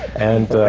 and